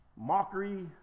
mockery